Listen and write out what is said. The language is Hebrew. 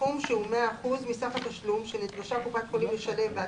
- סכום שהוא 100% מסך התשלום שנדרשה קופת חולים לשלם בעד